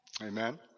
Amen